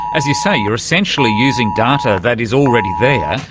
as you say, you are essentially using data that is already there,